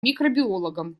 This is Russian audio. микробиологом